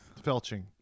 Felching